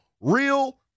real